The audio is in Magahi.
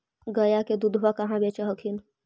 गया के दूधबा कहाँ बेच हखिन?